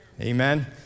Amen